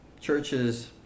churches